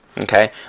okay